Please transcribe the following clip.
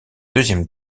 deuxième